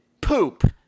poop